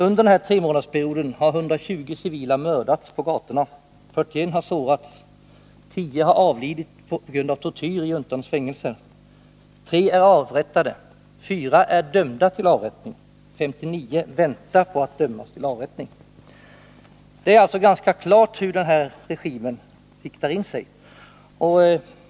Under den här tremånadersperioden har 120 civila mördats på gatorna, 41 har sårats, och 10 har avlidit på grund av tortyr i juntans fängelse. 3 är avrättade, 4 är dömda till avrättning, och 59 väntar på att dömas till avrättning. Det är alltså ganska klart hur den här regimen riktar in sig.